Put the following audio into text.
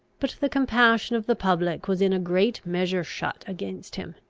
but the compassion of the public was in a great measure shut against him,